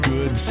Good